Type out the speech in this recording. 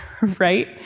right